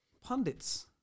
Pundits